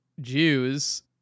Jews